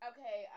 Okay